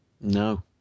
No